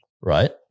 right